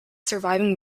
surviving